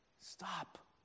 stop